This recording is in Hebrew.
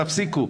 תפסיקו.